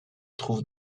trouve